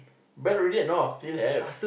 ban already or not still have